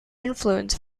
influence